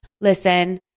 listen